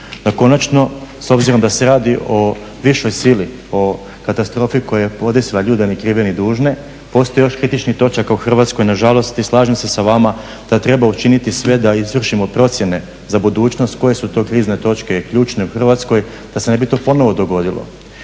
da konačno s obzirom da se radi o višoj sili, o katastrofi koja je podesila ljude ni krive ni dužne, postoji još kritičnih točaka u Hrvatskoj. Nažalost i slažem se sa vama da treba učiniti sve da izvršimo procjene za budućnost koje su to krizne točke i ključne u Hrvatskoj da se ne bi to ponovo dogodilo